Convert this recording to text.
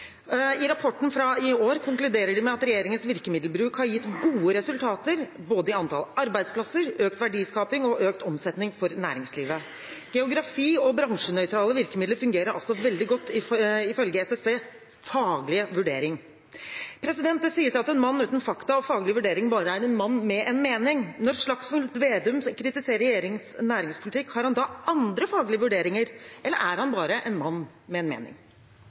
I rapporten fra i år konkluderer de med at regjeringens virkemiddelbruk har gitt gode resultater i både antall arbeidsplasser, økt verdiskaping og økt omsetning for næringslivet. Geografi og bransjenøytrale virkemidler fungerer altså veldig godt, ifølge SSBs faglige vurdering. Det sies at en mann uten fakta og faglig vurdering bare er en mann med en mening. Når representanten Slagsvold Vedum kritiserer regjeringens næringspolitikk, har han da andre faglige vurderinger, eller er han bare en mann med en mening?